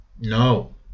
No